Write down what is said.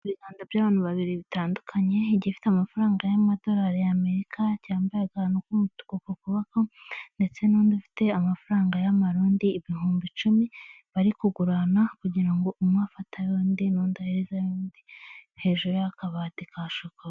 Ibiganza by'abantu babiri bitandukanye, igifite amafaranga y'amadorari ya amerika cyambaye akantu k'umutuku ku kuboko, ndetse n'undi ufite amafaranga y'amarundi ibihumbi icumi bari kugurana kugira ngo umwe afate ay'undi n'undi ahereze ay'undi hejuru y'akabati ka shokora.